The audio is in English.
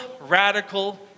radical